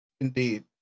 Indeed